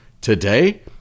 Today